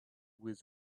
with